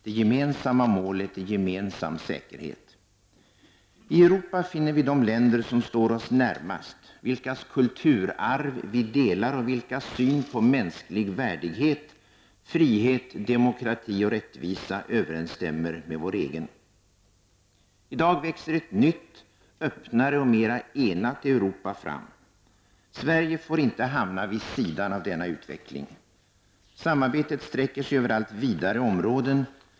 Det gemensamma målet är gemensam säkerhet. I Europa finner vi de länder som står oss närmast, vilkas kulturarv vi delar och vilkas syn på mänsklig värdighet, frihet, demokrati och rättvisa överensstämmer med vår egen. I dag växer ett nytt, öppnare och mera enat Europa fram. Sverige får inte hamna vid sidan av denna utveckling. Samarbetet sträcker sig över allt vidare områden.